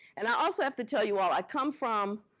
and i also have to tell you all, i come from